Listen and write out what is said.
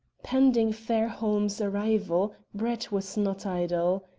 pending fairholme's arrival, brett was not idle.